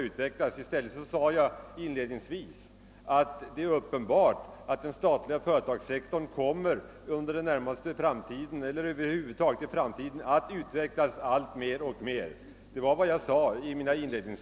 Jag sade inledningsvis att det är uppenbart att den statliga företagssektorn kommer att utvecklas mer och mer i framtiden.